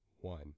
one